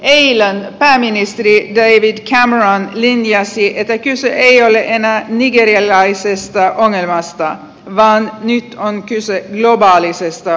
eilen pääministeri david cameron linjasi että kyse ei ole enää nigerialaisesta ongelmasta vaan nyt on kyse globaalista ongelmasta